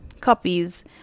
copies